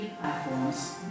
platforms